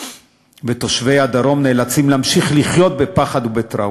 ותושבי הדרום נאלצים להמשיך לחיות בפחד ובטראומה.